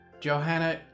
Johanna